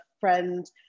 friend